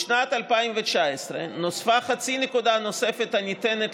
בשנת 2019 נוספה חצי נקודה נוספת הניתנת